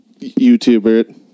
YouTuber